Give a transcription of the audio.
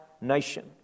nation